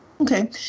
Okay